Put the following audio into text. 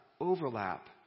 overlap